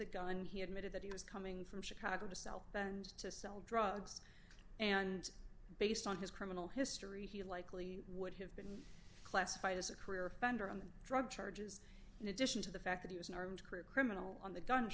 the gun he admitted that he was coming from chicago to sell and to sell drugs and based on his criminal history he likely would have been classified as a career offender on drug charges in addition to the fact that he was an armed crew criminal on the gun